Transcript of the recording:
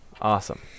Awesome